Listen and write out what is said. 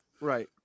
right